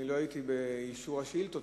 לא הייתי באישור השאילתות,